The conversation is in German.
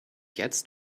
jetzt